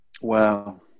Wow